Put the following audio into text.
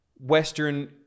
Western